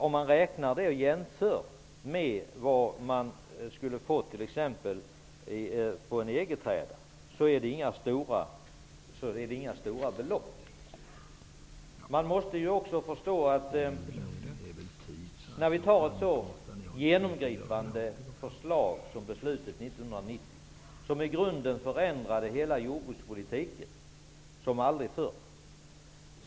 Om vi jämför med vad man skulle ha fått från EG för att lägga mark i träda är det inga stora belopp. Det är omöjligt att förutse allt som händer när vi fattar ett så genomgripande beslut som beslutet 1990, som i grunden förändrade hela jordbrukspolitiken, som aldrig förr.